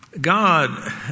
God